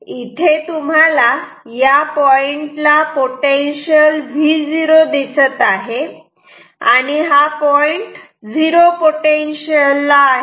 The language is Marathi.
इथे तुम्हाला या पॉइंट ला पोटेन्शियल V0 दिसत आहे आणि हा पॉईंट झिरो पोटेन्शियल ला आहे